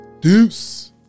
Deuce